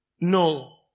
No